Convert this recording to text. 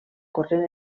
corrent